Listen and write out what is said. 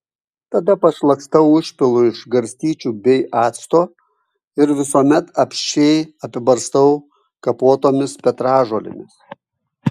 tada pašlakstau užpilu iš garstyčių bei acto ir visuomet apsčiai apibarstau kapotomis petražolėmis